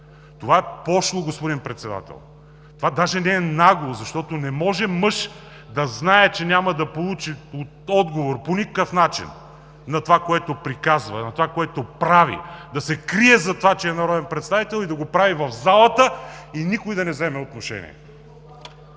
това е пошло, господин Председател. То даже не е нагло, защото не може мъж да знае, че няма да получи отговор по никакъв начин на онова, което приказва, на онова, което прави, да се крие зад това, че е народен представител и да го прави в залата, и никой да не вземе отношение!